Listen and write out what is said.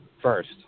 first